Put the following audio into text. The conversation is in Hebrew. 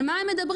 על מה הם מדברים?